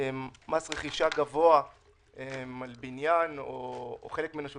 מס רכישה גבוה על בניין או חלק ממנו,